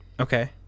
Okay